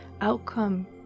outcome